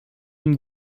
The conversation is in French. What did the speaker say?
une